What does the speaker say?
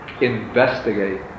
investigate